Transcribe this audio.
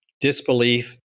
disbelief